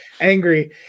angry